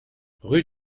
rue